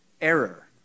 Error